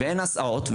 ואין הסעות,